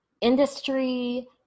industry